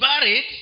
buried